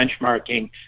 benchmarking